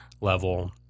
level